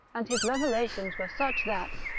and his revelations were such that,